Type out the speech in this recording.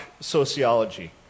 sociology